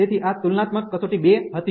તેથી આ તુલનાત્મક કસોટી 2 હતી